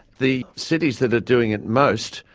the cities that are doing it most,